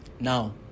Now